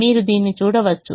మీరు దీన్ని చూడవచ్చు